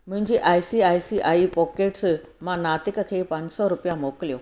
मुंहिंजी I C I C I pockets मां नातिक खे पंज सौ रुपिया मोकिलियो